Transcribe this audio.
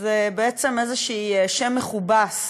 זה בעצם איזה שם מכובס,